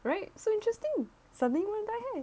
right so interesting suddenly you want dye hair